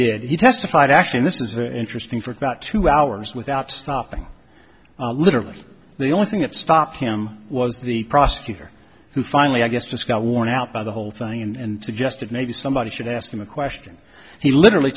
did he testified actually this is the interesting for about two hours without stopping literally the only thing that stopped him was the prosecutor who finally i guess just got worn out by the whole thing and suggested maybe somebody should ask him a question he literally